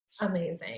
Amazing